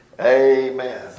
amen